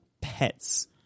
pets